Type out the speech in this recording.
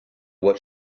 what